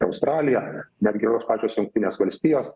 australija netgi tos pačios jungtinės valstijos